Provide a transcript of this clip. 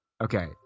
Okay